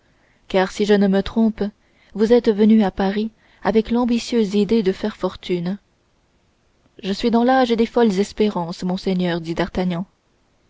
car si je ne me trompe vous êtes venu à paris avec l'ambitieuse idée de faire fortune je suis dans l'âge des folles espérances monseigneur dit d'artagnan